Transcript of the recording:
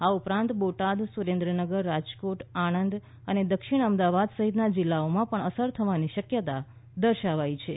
આ ઉપરાંત બોટાદ સુરેન્દ્રનગર રાજકોટ આણંદ દક્ષિણ અમદાવાદ સહિતના જિલ્લાઓમાં પણ અસર થવાની શકયતા દર્શાવાઈ છે